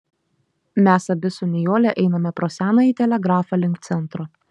mes abi su nijole einame pro senąjį telegrafą link centro